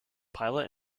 pilot